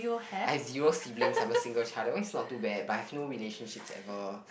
I have zero siblings I'm a single child that one is not too bad but I have no relationship ever